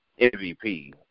MVP